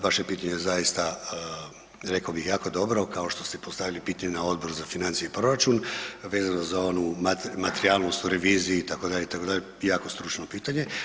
Vaše pitanje je zaista rekao bih jako dobro kao što ste postavili pitanje na Odboru za financije i proračun vezano za onu materijalnost u reviziji itd., itd., jako stručno pitanje.